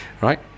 right